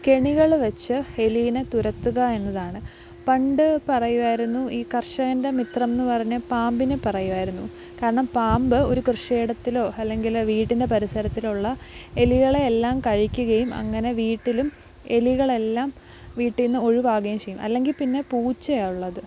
കെണികള് വച്ച് എലീനെ തുരത്തുക എന്നതാണ് പണ്ട് പറയുമായിരുന്നു ഈ കർഷകൻ്റെ മിത്രമെന്ന് പറഞ്ഞ് പാമ്പിനെ പറയുമായിരുന്നു കാർണം പാമ്പ് ഒരു കൃഷിയിടത്തിലോ അല്ലെങ്കില് വീട്ടിൻ്റെ പരിസരത്തിലുള്ള എലികളെ എല്ലാം കഴിക്കുകയും അങ്ങനെ വീട്ടിലും എലികളെല്ലാം വീട്ടീന്ന് ഒഴിവാകുകയും ചെയ്യും അല്ലെങ്കില് പിന്നെ പൂച്ചയാണ് ഉള്ളത്